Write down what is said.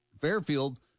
Fairfield